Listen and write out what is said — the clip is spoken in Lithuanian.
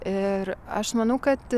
ir aš manau kad